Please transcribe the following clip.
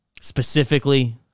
Specifically